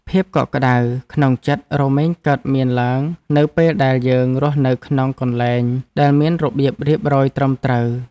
ភាពកក់ក្តៅក្នុងចិត្តរមែងកើតមានឡើងនៅពេលដែលយើងរស់នៅក្នុងកន្លែងដែលមានរបៀបរៀបរយត្រឹមត្រូវ។